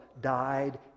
died